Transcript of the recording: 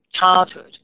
childhood